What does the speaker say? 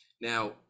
Now